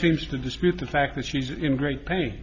seems to dispute the fact that she's in great pain